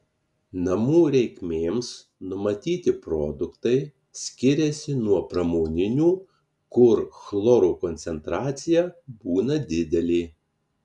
namų reikmėms numatyti produktai skiriasi nuo pramoninių kur chloro koncentracija būna didelė